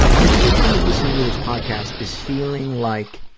and if anybody listening to this podcast is feeling like,